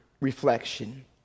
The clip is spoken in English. reflection